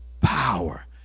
Power